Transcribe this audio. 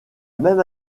même